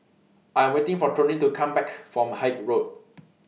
I Am waiting For Toney to Come Back from Haig Road